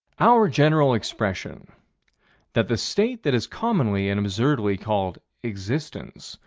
our general expression that the state that is commonly and absurdly called existence,